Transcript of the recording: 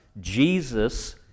Jesus